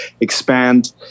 expand